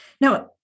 Now